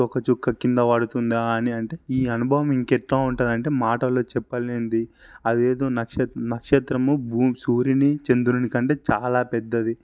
తోకచుక్క కింద పడుతుందా అని అంటే ఈ అనుభవం ఇంకెట్లా ఉంటది అంటే మాటలలో చెప్పలేనిది అది ఏదో నక్షతరము భూమి సూర్యుడిని చంద్రుని కంటే చాలా పెద్దది